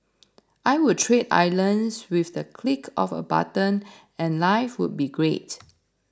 I would trade islands with the click of a button and life would be great